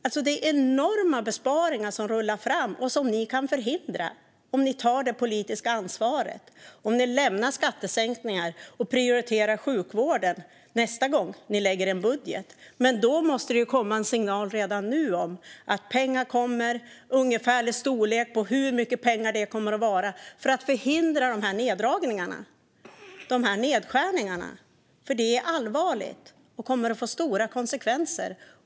Det är enorma besparingar som rullar fram och som ni kan förhindra om ni tar det politiska ansvaret, om ni lämnar skattesänkningar och prioriterar sjukvården nästa gång ni lägger fram en budget. Men då måste det redan nu komma en signal om att pengar kommer och hur mycket pengar det kommer att vara för att förhindra de här nedskärningarna, för det här är allvarligt och kommer att få stora konsekvenser.